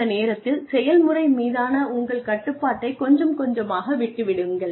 அந்த நேரத்தில் செயல்முறை மீதான உங்கள் கட்டுப்பாட்டைக் கொஞ்சம் கொஞ்சமாக விட்டுவிடுங்கள்